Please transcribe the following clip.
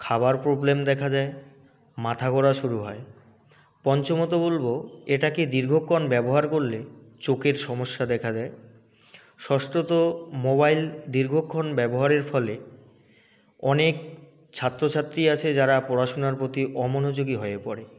খাবার প্রবলেম দেখা দেয় মাথা ঘোরা শুরু হয় পঞ্চমত বলব এটাকে দীর্ঘক্ষণ ব্যবহার করলে চোখের সমস্যা দেখা দেয় ষষ্টত মোবাইল দীর্ঘক্ষণ ব্যবহারের ফলে অনেক ছাত্রছাত্রী আছে যারা পড়াশোনার প্রতি অমনোযোগী হয়ে পড়ে